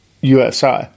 USI